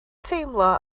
teimlo